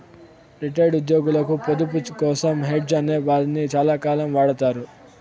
retired ఉద్యోగులకు పొదుపు కోసం హెడ్జ్ అనే దాన్ని చాలాకాలం వాడతారు